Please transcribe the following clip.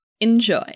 Enjoy